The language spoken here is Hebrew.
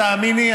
תאמיני,